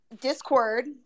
discord